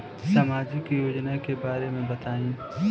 सामाजिक योजना के बारे में बताईं?